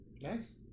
Nice